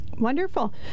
wonderful